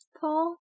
Paul